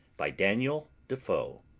by daniel defoe